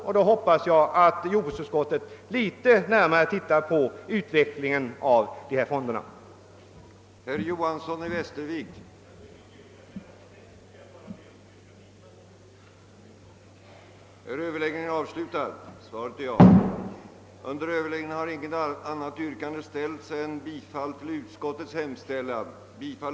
Jag hoppas att jordbruksutskottet då något närmare kommer att gå in på frågan om älgskadefondernas utveckling.